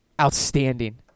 Outstanding